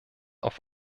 auf